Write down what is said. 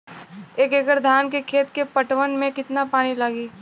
एक एकड़ धान के खेत के पटवन मे कितना पानी लागि?